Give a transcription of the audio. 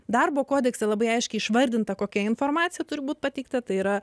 darbo kodekse labai aiškiai išvardinta kokia informacija turi būti pateikta tai yra